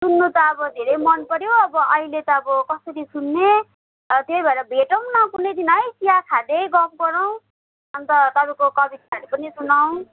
सुन्नु त अब धेरै मनपर्यो अब अहिले त अब कसरी सुन्ने अँ त्यही भएर भेटौँ न कुनै दिन है चिया खाँदै गफ् गरौँ अन्त तपाईँको कविताहरू पनि सुनौँ